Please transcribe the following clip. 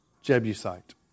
Jebusite